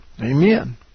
Amen